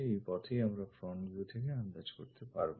এই পথেই আমরা front view থেকে আন্দাজ করতে পারবো